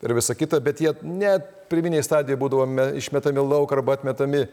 ir visa kita bet jie net pirminėj stadijoje būdavo išmetami lauk arba atmetami